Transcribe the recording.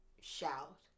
Shout